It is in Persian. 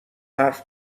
حرف